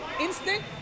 instinct